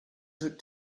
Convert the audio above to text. took